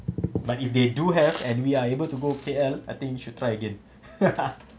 but if they do have and we are able to go K_L I think you should try again